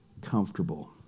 comfortable